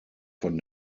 von